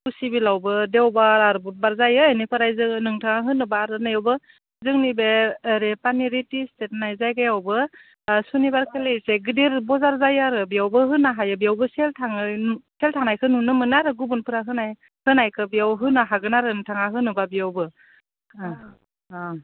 खुसिबिलावबो देवबार आरो बुधबार जायो इनिफ्राय जोङो नोंथाङा होनोब्ला आरो नैबावबो जोंनि बे ओरै पानेरि टि स्टेट होननाय जायगायावबो सुनिबारखालि एसे गिदिर बाजार जायो आरो बेयावबो होनो हायो बेयावबो सेल थाङो सेल थांनायखौ नुनो मोनो आरो गुबुनफोरा होनाय होनायखो बेयाव होनो हागोन आरो नोंथाङा होनोब्ला बेयावबो